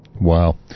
Wow